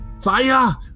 Fire